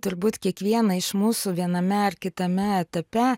turbūt kiekvieną iš mūsų viename ar kitame etape